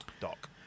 Doc